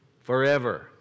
Forever